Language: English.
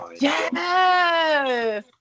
Yes